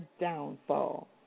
downfall